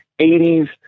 80s